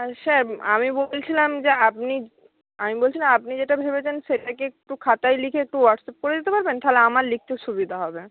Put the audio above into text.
sir আমি বলছিলাম যে আপনি আমি বলছিলাম আপনি যেটা ভেবেছেন সেটা কি একটু খাতায় লিখে একটু হোয়াটসঅ্যাপ করে দিতে পারবেন তাহলে আমার লিখতে সুবিধা হবে